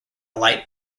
light